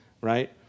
right